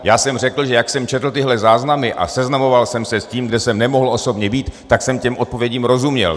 Já jsem řekl, že jak jsem četl tyhle záznamy a seznamoval jsem se s tím, kde jsem nemohl osobně být, tak jsem těm odpovědím rozuměl.